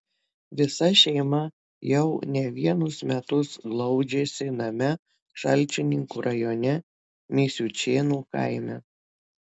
visa šeima jau ne vienus metus glaudžiasi name šalčininkų rajone misiučėnų kaime